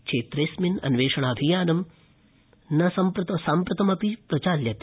क्षेत्रेस्मिन अन्वेषणाभियानं च साम्प्रतमपि प्रचाल्यते